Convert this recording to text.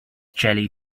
jelly